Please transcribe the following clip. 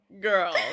girl